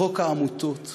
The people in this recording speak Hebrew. חוק העמותות.